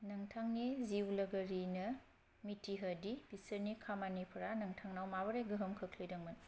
नोंथांनि जिउलोगोरिनो मिथिहो दि बिसोरनि खामानिफोरा नोंथांनाव माबोरै गोहोम खोख्लैदोंमोन